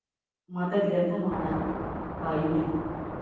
മതഗ്രന്ഥമാണ് Bible